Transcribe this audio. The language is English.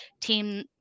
team